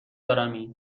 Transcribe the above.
دارمی